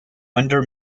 under